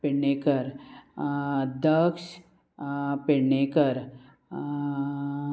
Pednekar Daksh Pednekar